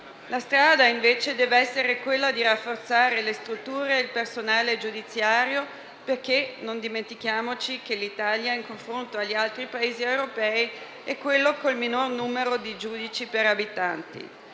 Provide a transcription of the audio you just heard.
La strada, invece, deve essere quella di rafforzare le strutture e il personale giudiziario perché non dobbiamo dimenticare che l'Italia, in confronto agli altri Paesi europei, è quello col minor numero di giudici per abitanti.